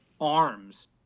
arms